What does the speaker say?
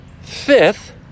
Fifth